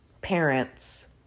parents